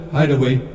Hideaway